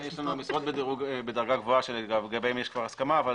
המשרות בדרגה גבוהה לגביהם יש הסכמה אבל